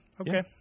okay